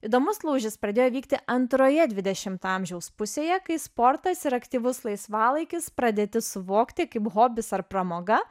įdomus lūžis pradėjo vykti antroje dvidešimto amžiaus pusėje kai sportas ir aktyvus laisvalaikis pradėti suvokti kaip hobis ar pramoga